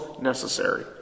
necessary